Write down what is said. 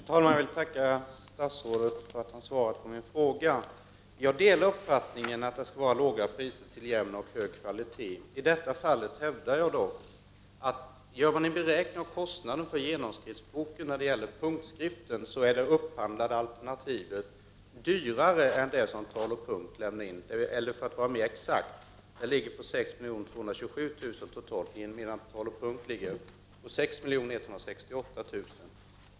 Herr talman! Jag vill tacka statsrådet för svaret på min fråga. Jag delar uppfattningen att det skall vara låga priser till jämn och hög kvalitet. Jag hävdar dock, att om man i detta fall gör en beräkning av kostnaderna när det gäller en genomsnittsbok i punktskrift, är det upphandlade alternativet dyrare än det anbud som Tal & Punkt AB lämnade in. För att uttrycka det mer exakt ligger kostnaden totalt på 6 227 000 kr., medan Tal & Punkt AB:s anbud ligger på 6 168 000 kr.